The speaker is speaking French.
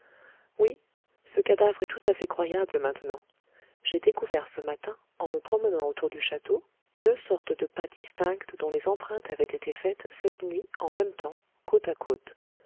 oui ce cadavre est tout à fait croyable maintenant j'ai découvert ce matin en me promenant autour du château deux sortes de pas distinctes dont les empreintes avaient été faites cette nuit en même temps côte à côte